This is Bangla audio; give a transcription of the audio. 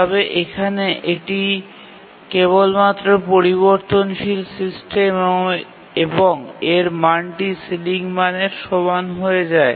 তবে এখানে এটি কেবলমাত্র পরিবর্তনশীল সিস্টেম এবং এর মানটি সিলিং মানের সমান হয়ে যায়